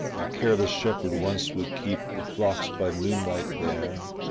a careless shepherd once would keep the flocks by moonlight there,